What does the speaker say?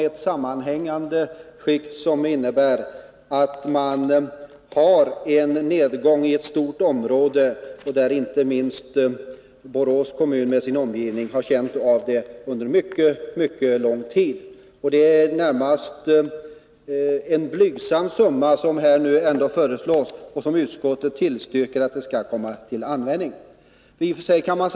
Detta sammanhängande skikt av tekokommuner innebär att t.ex. Borås kommun och dess omgivning under mycket lång tid har känt av sysselsättningssvårigheterna. Det är en blygsam summa som nu föreslås och som utskottet tillstyrker skall komma till användning i just Sjuhäradsbygden.